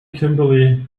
kimberly